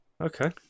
Okay